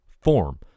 form